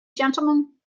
gentlemen